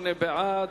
28 בעד,